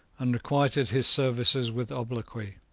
and requited his services with obloquy.